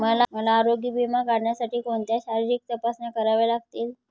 मला आरोग्य विमा काढण्यासाठी कोणत्या शारीरिक तपासण्या कराव्या लागतील?